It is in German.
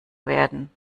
werden